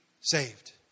saved